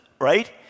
right